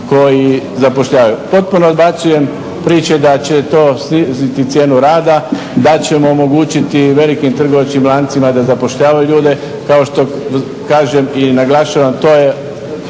koji zapošljavaju. Potpuno odbacujem priče da će to sniziti cijenu rada, da ćemo omogućiti velikim trgovačkim lancima da zapošljavaju ljude. Kao što kažem i naglašavam, to je